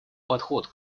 подход